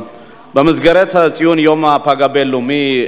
להצעות לסדר-היום בנושא: ציון יום הפג הבין-לאומי,